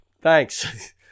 Thanks